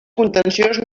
contenciós